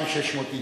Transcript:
2,600,